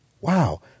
wow